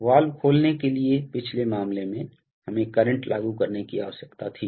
valve खोलने के लिए पिछले मामले में हमें करंट लागू करने की आवश्यकता थी